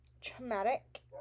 traumatic